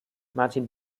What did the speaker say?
martin